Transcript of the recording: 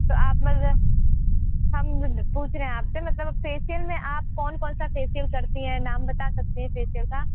तो आप मुझे हम पूछ रहे हैं आपसे मतलब फेसिअल में आप कौन कौन सा फेसिअल करती हैं नाम बता सकती हैं फेसिअल का